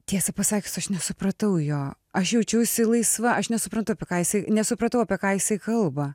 tiesą pasakius aš nesupratau jo aš jaučiausi laisva aš nesuprantu apie ką jisai nesupratau apie ką jisai kalba